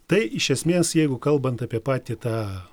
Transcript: tai iš esmės jeigu kalbant apie patį tą